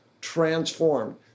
transformed